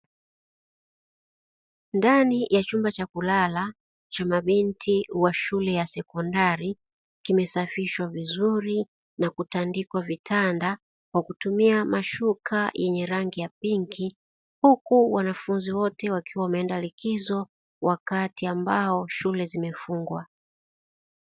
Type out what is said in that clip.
Ndaninya chumba cha kulala cha mabinti wa shule ya sekondari, kimesafishwa vizuri na kutandikwa vitanda kwa kutumia mashuka yenye rangi ya pinki, huku wanafunzi wote wakiwa wameenda likizo wakati ambao shule zimefungwa.